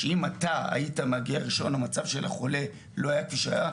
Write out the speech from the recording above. שאם אתה היית מגיע ראשון המצב של החולה לא היה כפי שהיה,